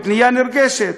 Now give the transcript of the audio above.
פנייה נרגשת.